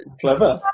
Clever